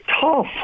tough